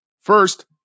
First